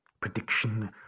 prediction